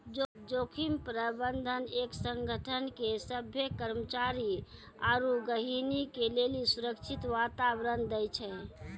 जोखिम प्रबंधन एक संगठन के सभ्भे कर्मचारी आरू गहीगी के लेली सुरक्षित वातावरण दै छै